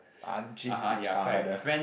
punching each other